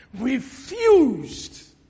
refused